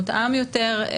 מותאם יותר,